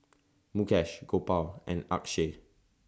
Mukesh Gopal and Akshay